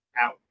out